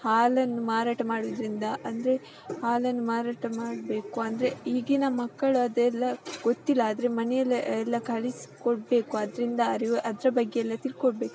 ಹಾಲನ್ನು ಮಾರಾಟ ಮಾಡುವುದ್ರಿಂದ ಅಂದರೆ ಹಾಲನ್ನು ಮಾರಾಟ ಮಾಡಬೇಕು ಅಂದರೆ ಈಗಿನ ಮಕ್ಕಳು ಅದೆಲ್ಲ ಗೊತ್ತಿಲ್ಲ ಆದರೆ ಮನೆಯಲ್ಲೇ ಎಲ್ಲ ಕಲಿಸಿಕೊಡ್ಬೇಕು ಅದರಿಂದ ಅರಿವು ಅದ್ರ ಬಗ್ಗೆಯೆಲ್ಲ ತಿಳ್ಕೋಬೇಕು